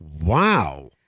Wow